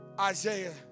Isaiah